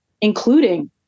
including